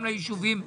גם לישובים.